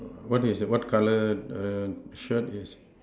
what is it what color err shirt is